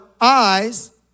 eyes